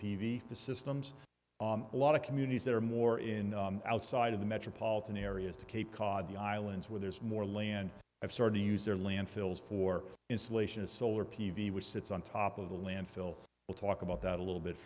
apv the systems a lot of communities that are more in outside of the metropolitan areas to cape cod the islands where there's more land i've started to use their landfills for insulation as solar p v which sits on top of the landfill we'll talk about that a little bit